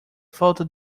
falta